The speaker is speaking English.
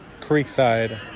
Creekside